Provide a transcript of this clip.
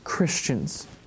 Christians